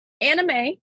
anime